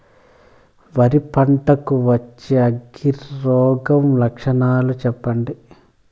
వరి పంట కు వచ్చే అగ్గి రోగం లక్షణాలు చెప్పండి?